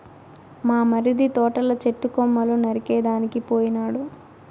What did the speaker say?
మా మరిది తోటల చెట్టు కొమ్మలు నరికేదానికి పోయినాడు